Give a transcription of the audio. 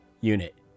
unit